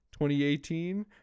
2018